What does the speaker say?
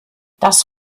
das